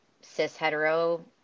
cis-hetero